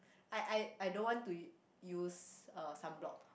I I I don't want to use uh sunblock